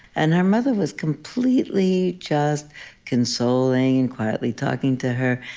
and her mother was completely just consoling, and quietly talking to her,